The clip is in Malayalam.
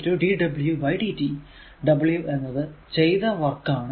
w എന്നത് ചെയ്ത വർക്ക് ആണ്